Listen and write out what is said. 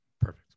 perfect